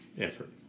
effort